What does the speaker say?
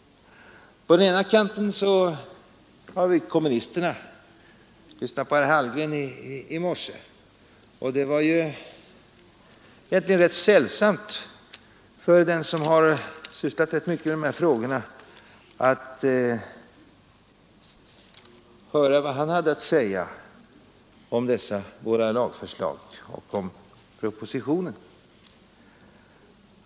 På den ena kanten har vi kommunisterna. Jag lyssnade som sagt på herr Hallgren, och det var ju rätt sällsamt för den som sysslat rätt mycket med de här frågorna att höra vad han hade att säga om våra lagförslag och om propositionen.